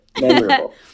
Memorable